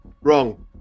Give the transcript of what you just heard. Wrong